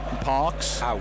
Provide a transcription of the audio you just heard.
Parks